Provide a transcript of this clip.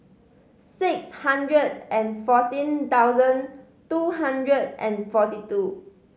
six hundred and fourteen thousand two hundred and forty two